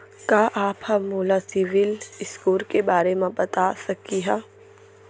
का आप हा मोला सिविल स्कोर के बारे मा बता सकिहा?